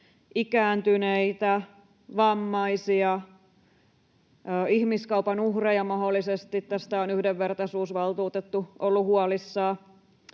ikääntyneitä, vammaisia, ihmiskaupan uhreja mahdollisesti. Tästä on yhdenvertaisuusvaltuutettu ollut huolissaan.